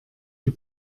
die